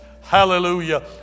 Hallelujah